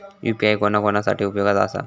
UPI कोणा कोणा साठी उपयोगाचा आसा?